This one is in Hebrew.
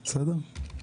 בסדר?